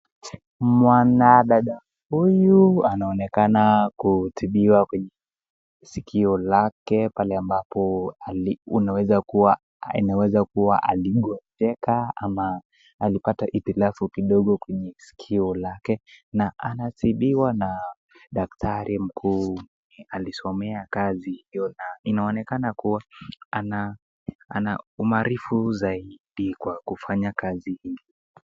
Mwanadada huyu anaonekana kutibiwa kwenye sikio lake , pale ambapo unaweza kuwa aligonjeka ama alipata itilafu kidogo kwenye sikio lake na anatibiwa na dakitari mkuu alisomea kazi hiyo, na inaonekana kuwa anaumaarifu zaidi kwa kufanya kazi hii.